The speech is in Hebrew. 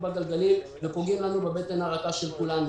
בגלגלים ופוגעים לנו בבטן הרכה של כולנו,